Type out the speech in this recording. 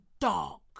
dark